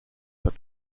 that